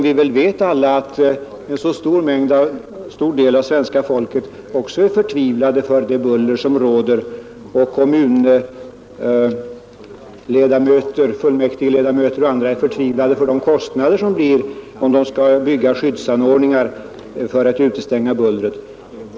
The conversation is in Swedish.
Vi vet också att en stor del av svenska folket känner förtvivlan över det buller som förekommer och att exempelvis fullmäktigeledamöter i kommuner och även andra initierade är förtvivlade på grund av de kostnader som uppstår om man skall bygga skyddsanordningar för att utestänga bullret.